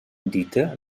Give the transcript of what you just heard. dita